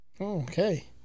okay